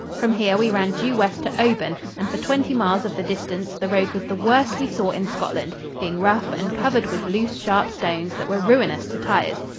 from here we ran due west to oban, and for twenty miles of the distance the road was the worst we saw in scotland, being rough and covered with loose, sharp stones that were ruinous to tires.